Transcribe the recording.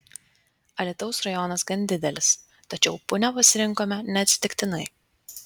alytaus rajonas gan didelis tačiau punią pasirinkome neatsitiktinai